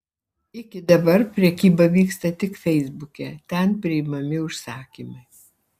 iki dabar prekyba vyksta tik feisbuke ten priimami užsakymai